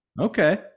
okay